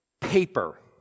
paper